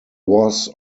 was